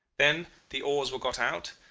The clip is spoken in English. then the oars were got out,